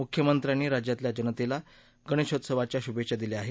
मृख्यमंत्र्यांनी राज्यातल्या जनतेला गणेशोत्सवाच्या शुभेच्छा दिल्या आहेत